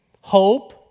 hope